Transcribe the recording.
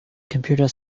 computer